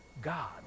God